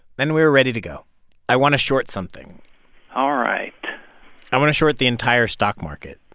then we were ready to go i want to short something all right i want to short the entire stock market